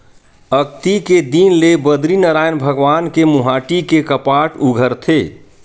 अक्ती के दिन ले बदरीनरायन भगवान के मुहाटी के कपाट उघरथे